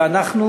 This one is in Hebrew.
ואנחנו,